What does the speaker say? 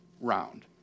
round